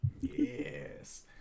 yes